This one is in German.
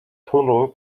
tunnel